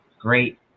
Great